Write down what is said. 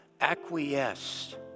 acquiesced